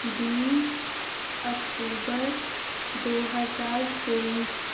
بیس اکتوبر دو ہزار تئیس